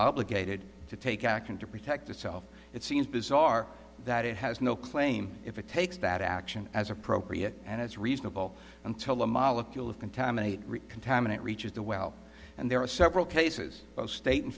obligated to take action to protect itself it seems bizarre that it has no claim if it takes that action as appropriate and it's reasonable until a molecule of contaminate contaminate reaches the well and there are several cases both state and